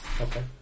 Okay